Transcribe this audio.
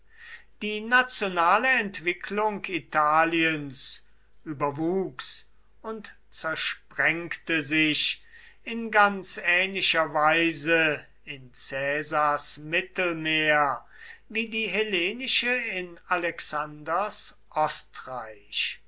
die nationale entwicklung italiens überwuchs und zersprengte sich in ganz ähnlicher weise in caesars mittelmeer wie die hellenische in alexanders